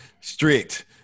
strict